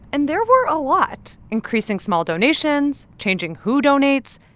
and there were a lot increasing small donations, changing who donates,